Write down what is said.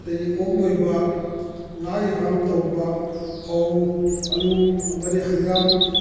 ꯑꯗꯒꯤ ꯑꯣꯛ ꯂꯣꯏꯕ ꯉꯥꯒꯤ ꯐꯥꯝ ꯇꯧꯕ ꯐꯧ ꯑꯂꯨ ꯑꯃꯗꯤ ꯍꯪꯒꯥꯝ